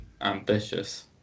ambitious